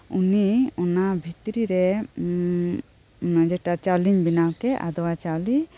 ᱩᱱᱤ ᱚᱱᱟ ᱵᱷᱤᱛᱨᱤ ᱨᱮ ᱚᱱᱟ ᱡᱮᱴᱟ ᱪᱟᱣᱞᱤᱧ ᱵᱮᱱᱟᱣᱠᱮᱫ ᱟᱫᱣᱟ ᱪᱟᱣᱞᱤ